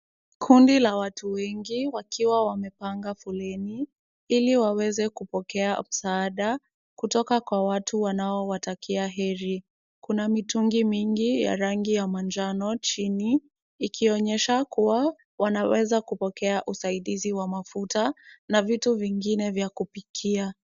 Kundi la watu wengi wakiwa wamepanga foleni, ili waweze kupokea msaada, kutoka kwa watu wanao watakia heri. Kuna mitungi mingi ya rangi ya manjano chini, ikionyesha kuwa wanaweza kupokea usaidizi wa mafuta na vitu vingine vya kupikia.